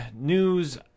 news